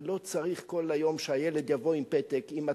אתה לא צריך כל היום שהילד יבוא עם פתק: אמא,